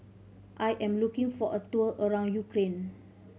I am looking for a tour around Ukraine